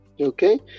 Okay